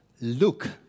Luke